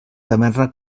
taverna